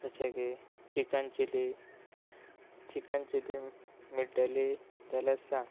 जशें की chicken chilli chicken chilli मेळटली जाल्यार सांग